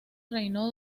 reinó